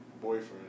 boyfriend